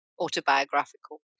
autobiographical